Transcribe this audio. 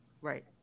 right